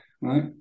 right